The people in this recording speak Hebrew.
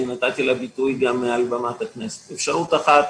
אני נתתי לה ביטוי מעל במת הכנסת: אפשרות אחת